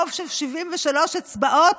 רוב של 73 אצבעות,